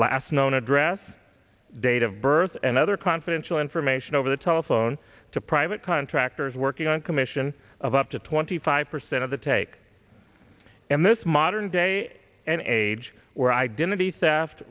last known address date of birth and other confidential information over the telephone to private contractors working on commission of up to twenty five percent of the take in this modern day and age where identity theft